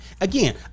again